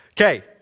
Okay